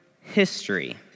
history